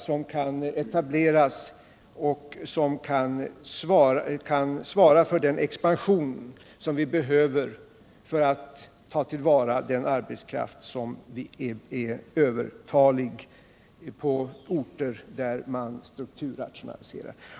som kan etableras och som kan svara för den expansion vi behöver för att ta till vara den övertaliga arbetskraften på orter där man strukturrationaliserar.